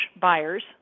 buyers